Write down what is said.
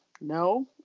No